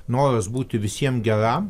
noras būti visiem geram